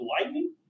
lightning